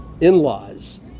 in-laws